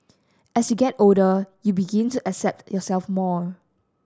as you get older you begin to accept yourself more